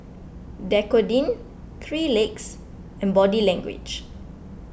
Dequadin three Legs and Body Language